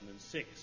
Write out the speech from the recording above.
2006